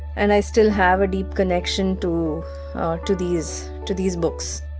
and i still have a deep connection to to these to these books